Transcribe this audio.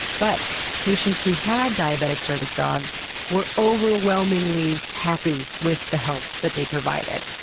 but patients who had diabetic service dogs were overwhelmingly happy with the help that they provided,